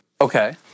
Okay